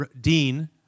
Dean